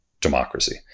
democracy